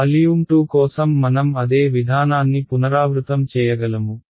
volume 2 కోసం మనం అదే విధానాన్ని పునరావృతం చేయగలము